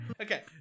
Okay